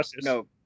no